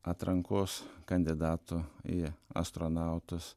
atrankos kandidatų į astronautus